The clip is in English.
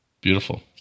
Beautiful